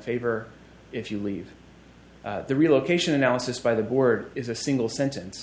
favor if you leave the relocation analysis by the board is a single sentence